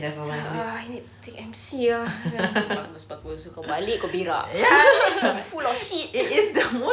sir uh I need to take M_C ah bagus bagus kau balik kau berak full of shit